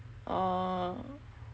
orh